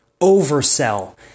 oversell